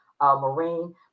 Marine